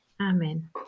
Amen